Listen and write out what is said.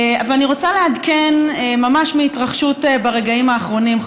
אני רוצה לעדכן ממש מהתרחשות ברגעים האחרונים,